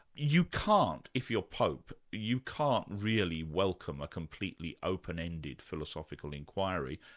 you can't, if you're pope, you can't really welcome a completely open-ended philosophical inquiry,